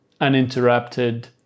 uninterrupted